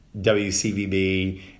WCVB